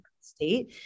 state